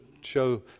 show